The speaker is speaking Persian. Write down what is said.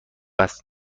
است